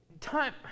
time